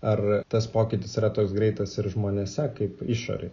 ar tas pokytis yra toks greitas ir žmonėse kaip išorėj